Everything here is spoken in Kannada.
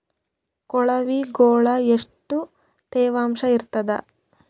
ಕೊಳವಿಗೊಳ ಎಷ್ಟು ತೇವಾಂಶ ಇರ್ತಾದ?